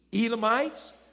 Elamites